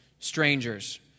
Strangers